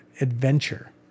adventure